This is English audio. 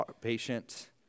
patient